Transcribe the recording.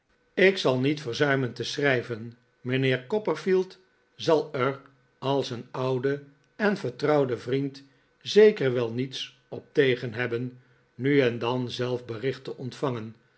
ik zal niet verzuimen te schrijven mijnheer copperfield zal er als een oude en vertrouwde vriend zeker wel niets op tegen hebben nu en dan zelf bericht te ontvangen